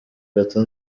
gato